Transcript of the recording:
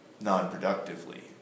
non-productively